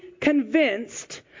convinced